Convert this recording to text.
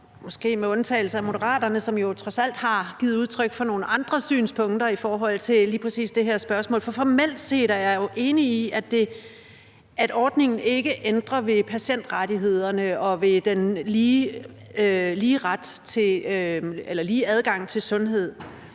måske med undtagelse af Moderaterne, som trods alt har givet udtryk for nogle andre synspunkter i forhold til lige præcis det her spørgsmål. Formelt set er jeg jo enig i, at ordningen ikke ændrer ved patientrettighederne og ved den lige adgang til sundhed.